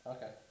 Okay